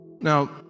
Now